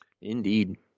Indeed